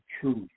truth